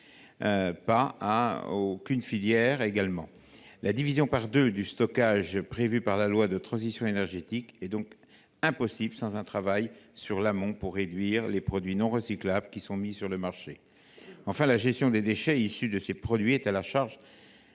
à aucune filière REP. La division par deux du stockage, prévue par la loi de transition énergétique, est donc impossible sans un travail sur l’amont pour réduire les produits non recyclables mis sur le marché. Enfin, la gestion des déchets issus de ces produits est à la charge